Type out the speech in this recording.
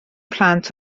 plant